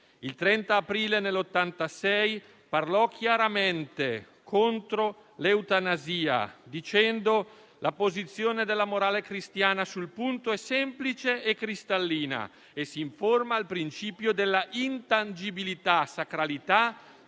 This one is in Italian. Il 30 aprile del 1986 parlò chiaramente contro l'eutanasia, dicendo: «La posizione della morale cristiana sul punto è semplice e cristallina: essa si informa al principio dell'intangibilità, della sacralità